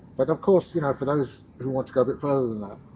but of course, you know, for those who want to go a bit further than that,